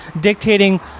Dictating